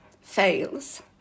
fails